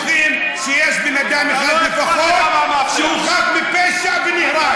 כולם בטוחים שיש בן אדם אחד לפחות שהוא חף מפשע ונהרג,